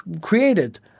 created